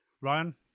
Ryan